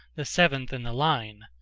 the seventh in the line.